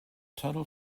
tunnel